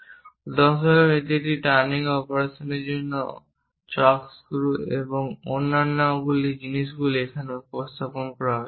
উদাহরণস্বরূপ এটি একটি টার্নিং অপারেশনের জন্য চক স্ক্রু এবং অন্যান্য জিনিসগুলি এখানে উপস্থাপন করা হয়েছে